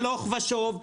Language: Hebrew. הלוך ושוב,